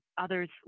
others